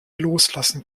loslassen